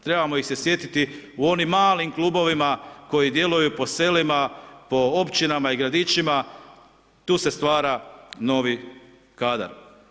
Trebamo ih se sjetiti u onim malim klubovima koji djeluju po selima, po općinama i gradićima, tu se stvara novi kadar.